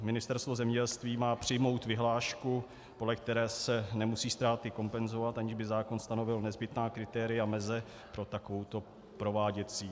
Ministerstvo zemědělství má přijmout vyhlášku, podle které se nemusí ztráty kompenzovat, aniž by zákon stanovil nezbytná kritéria meze pro takovouto prováděcí novotvorbu.